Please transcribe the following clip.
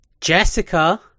Jessica